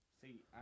See